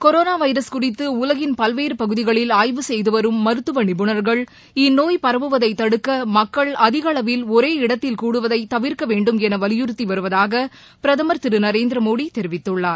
corona virus குறித்து உலகில் பல்வேறு பகுதிகளில் ஆய்வு செய்து வரும் மருத்துவ நிபுணா்கள் இந்நோய் பரவுவதை தடுக்க மக்கள் அதிகளவில் ஒரே இடத்தில் கூடுவதை தவிர்க்க வேண்டும் என வலியுறுத்தி வருவதாக பிரதமர் திரு நரேந்திர மோடி தெரிவித்துள்ளார்